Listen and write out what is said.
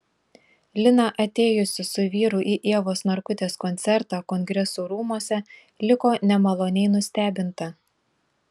lina atėjusi su vyru į ievos narkutės koncertą kongresų rūmuose liko nemaloniai nustebinta